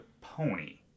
pony